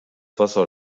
wasser